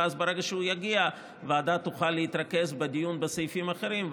ואז ברגע שהוא יגיע הוועדה תוכל להתרכז בדיון בסעיפים האחרים,